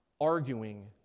arguing